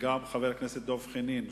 וגם חבר הכנסת דב חנין,